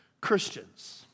Christians